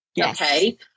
Okay